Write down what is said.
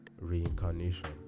reincarnation